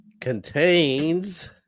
contains